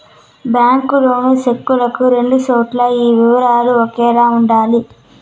bank loan చెక్కులను రెండు చోట్ల ఈ వివరాలు ఒకేలా ఉండాలి